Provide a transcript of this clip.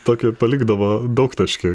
tokį palikdavo daugtaškį